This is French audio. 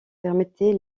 permettait